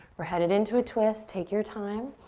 we're headed into a twist, take your time.